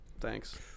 Thanks